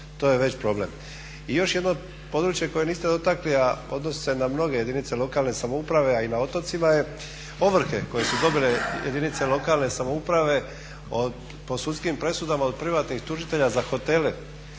to je već problem. I još jedno područje koje niste dotakli, a odnosi se na mnoge jedinice lokalne samouprave, a i na otocima je, ovrhe koje su dobile jedinice lokalne samouprave po sudskim presudama od privatnih tužitelja za hotele,